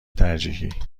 ترجیحی